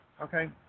okay